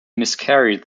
miscarried